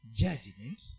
judgment